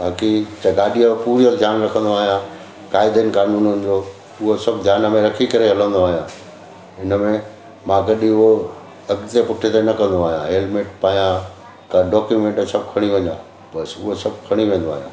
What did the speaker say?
बाकि च गाॾीअ में पूरो ध्यानु रखंदो आहियां क़ाइदनि कानूननि जो उहो सभु ध्यान में रखी करे हलंदो आहियां हिन में मां कॾहिं उहो अॻिते पुठिते न कंदो आहियां हेलमेट पायां का डॉक्यूमेंट सभु खणे वञा बसि उहे सभु खणी वेंदो आहियां